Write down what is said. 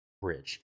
Bridge